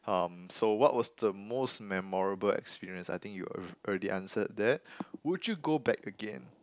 um so what was the most memorable experience I think you already answered that would you go back again